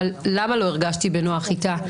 אבל למה לא הרגשתי בנוח איתה?